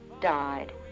died